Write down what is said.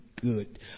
good